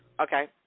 Okay